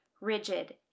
rigid